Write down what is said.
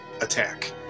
attack